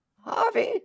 Harvey